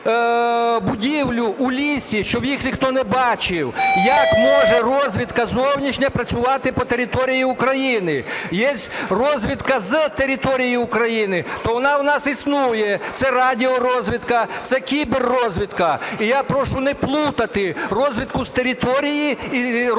будівлю у лісі, щоб їх ніхто не бачив. Як може розвідка зовнішня працювати по території України? Є розвідка з території України, то вона у нас існує. Це радіорозвідка, це кіберрозвідка. І я прошу не плутати розвідку з території